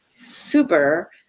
super